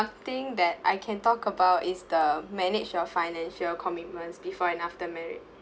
one thing that I can talk about is the manage your financial commitments before and after married